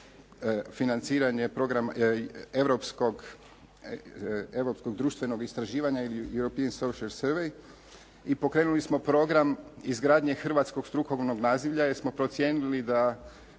financiranje programa, europskog društvenog istraživanja ili europein social survice i pokrenuli smo program izgradnje hrvatskog strukovnog nazivlja jer smo procijenili da